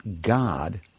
God